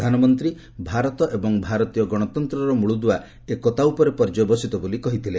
ପ୍ରଧାନମନ୍ତ୍ରୀ ଭାରତ ଏବଂ ଭାରତୀୟ ଗଣତନ୍ତ୍ରର ମୂଳଦୁଆ ଏକତା ଉପରେ ପର୍ଯ୍ୟବସିତ ବୋଲି କହିଥିଲେ